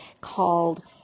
called